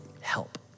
help